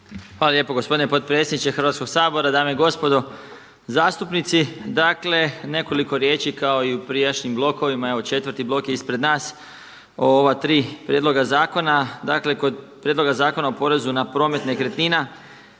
Hvala lijepo gospodine potpredsjedniče Hrvatskoga sabora. Dame i gospodo zastupnici. Dakle, nekoliko riječi kao i u prijašnjim blokovima, evo četvrti blok je ispred nas ova tri prijedloga zakona. Dakle, kod Prijedloga zakona o porezu na promet nekretnina